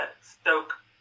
Stoke